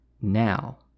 now